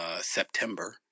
September